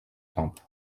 tempes